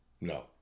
No